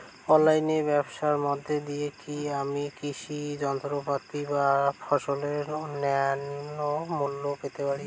অনলাইনে ব্যাবসার মধ্য দিয়ে কী আমি কৃষি যন্ত্রপাতি বা ফসলের ন্যায্য মূল্য পেতে পারি?